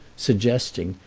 suggesting,